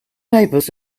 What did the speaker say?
neighbors